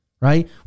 right